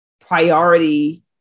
priority